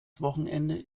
wochenende